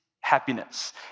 happiness